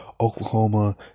Oklahoma